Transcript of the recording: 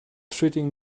treating